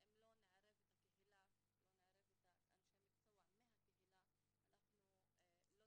יפעת, רצית לראות ירידה, אז סתם